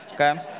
okay